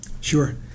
Sure